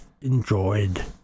enjoyed